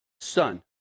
son